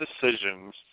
decisions